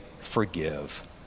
forgive